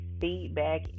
feedback